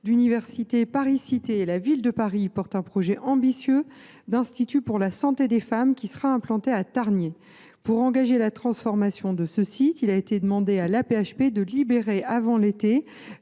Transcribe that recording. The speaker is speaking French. L’université Paris Cité et la Ville de Paris portent un projet ambitieux d’institut pour la santé des femmes, qui sera implanté à Tarnier. Pour engager la transformation de ce site, il a été demandé à l’Assistance